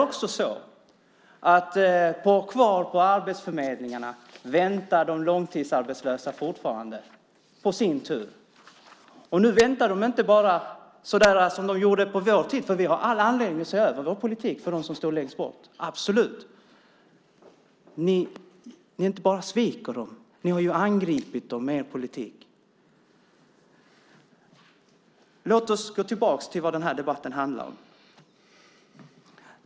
Och kvar på arbetsförmedlingarna finns de långtidsarbetslösa som fortfarande väntar på sin tur. Men det är inte bara så att de väntar så som de gjorde under vår tid - också vi har absolut all anledning att se över vår politik för dem som står längst bort - utan det är också så att ni inte bara sviker dem. Ni har även angripit dem med er politik. Men låt oss gå tillbaka till det som den här debatten handlar om!